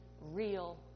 real